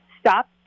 stop